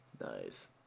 Nice